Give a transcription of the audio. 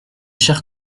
chers